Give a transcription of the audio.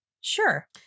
Sure